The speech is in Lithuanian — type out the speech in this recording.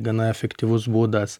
gana efektyvus būdas